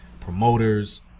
promoters